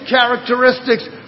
characteristics